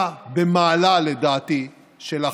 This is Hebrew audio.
אבל לפני שאתחיל, ברצוני להגיד כמה מילים על